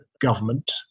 government